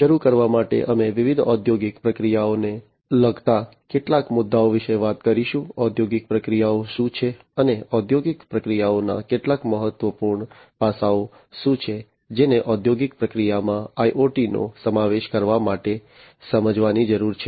શરૂ કરવા માટે અમે વિવિધ ઔદ્યોગિક પ્રક્રિયાઓને લગતા કેટલાક મુદ્દાઓ વિશે વાત કરીશું ઔદ્યોગિક પ્રક્રિયાઓ શું છે અને ઔદ્યોગિક પ્રક્રિયાઓના કેટલાક મહત્વપૂર્ણ પાસાઓ શું છે જેને ઔદ્યોગિક પ્રક્રિયાઓમાં IoT નો સમાવેશ કરવા માટે સમજવાની જરૂર છે